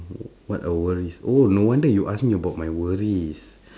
w~ what are worries oh no wonder you ask me about my worries